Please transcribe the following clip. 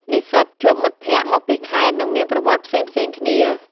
និស្សិតជួបមិត្តភ័ក្តិមកពីខេត្ត និងមានប្រវត្តិផ្សេងៗគ្នា។